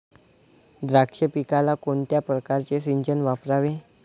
द्राक्ष पिकाला कोणत्या प्रकारचे सिंचन वापरावे?